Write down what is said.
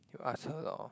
you ask her lor